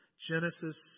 Genesis